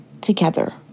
together